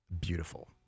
beautiful